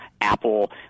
Apple